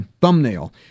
thumbnail